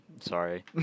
sorry